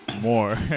more